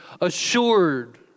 assured